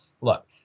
Look